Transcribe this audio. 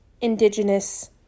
indigenous